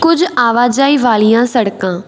ਕੁਝ ਆਵਾਜਾਈ ਵਾਲੀਆਂ ਸੜਕਾਂ